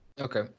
Okay